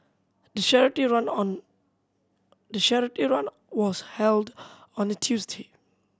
the charity run on the charity run was held on a Tuesday